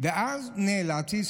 אז נאלצתי,